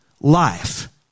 life